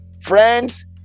friends